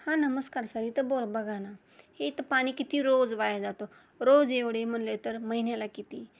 हा नमस्कार सर इथं बोर बघा ना हे इथं पाणी किती रोज वाया जातो रोज एवढे म्हटले तर महिन्याला किती